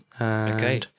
Okay